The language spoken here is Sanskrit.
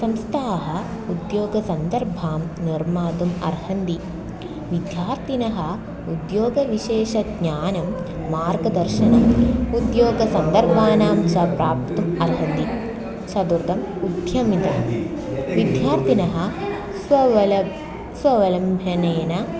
संस्था उद्योगसन्दर्भां निर्मातुम् अर्हन्ति विद्यार्थिनः उद्योगविशेषज्ञानं मार्गदर्शनम् उद्योगसन्दर्भानां च प्राप्तुम् अर्हन्ति चतुर्थम् उद्यमः विद्यार्थिनः स्व स्वावलम्भनेन